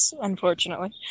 unfortunately